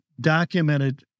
documented